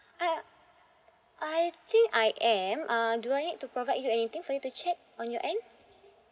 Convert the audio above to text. I uh I think I am uh do I need to provide you anything for you to check on your end